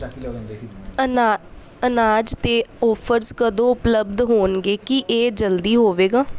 ਅਨਾ ਅਨਾਜ਼ 'ਤੇ ਆਫ਼ਰਜ਼ ਕਦੋਂ ਉਪਲਬੱਧ ਹੋਣਗੇ ਕੀ ਇਹ ਜਲਦੀ ਹੋਵੇਗਾ